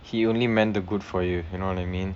he only meant the good for you you know what I mean